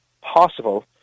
possible